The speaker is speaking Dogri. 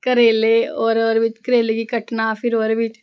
करेले और ओह्दे बिच्च करेले गी कट्टना फिर ओह्दे बिच